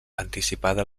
anticipada